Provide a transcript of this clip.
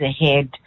ahead